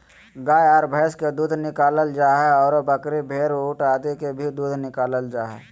गाय आर भैंस के दूध निकालल जा हई, आरो बकरी, भेड़, ऊंट आदि के भी दूध निकालल जा हई